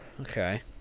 Okay